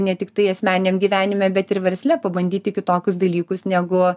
ne tiktai asmeniniam gyvenime bet ir versle pabandyti kitokius dalykus negu